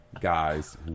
guys